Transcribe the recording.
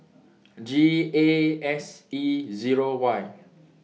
G A S E Zero Y